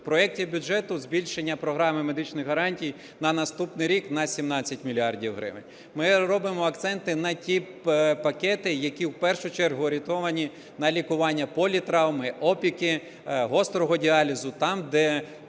в проекті бюджету збільшення програми медичних гарантій на наступний рік на 17 мільярдів гривень. Ми робимо акценти на ті пакети, які в першу чергу орієнтовані на лікування політравми, опіки, гострого діалізу, те,